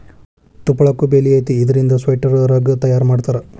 ತುಪ್ಪಳಕ್ಕು ಬೆಲಿ ಐತಿ ಇದರಿಂದ ಸ್ವೆಟರ್, ರಗ್ಗ ತಯಾರ ಮಾಡತಾರ